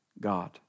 God